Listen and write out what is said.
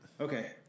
Okay